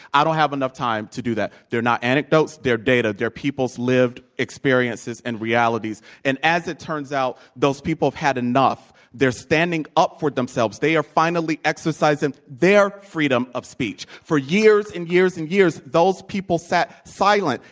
i don't have enough time to do that. they're not anecdotes, they're data. they're people's lived experiences and realities. and as it turns out, those people have had enough. they're standing up for themselves. they are finally exercising their freedom of speech. for years and years and years, those people sat silent